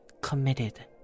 committed